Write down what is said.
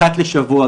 אחת לשבוע,